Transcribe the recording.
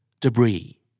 Debris